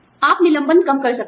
आप निलंबन कम कर सकते हैं